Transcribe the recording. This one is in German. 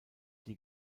die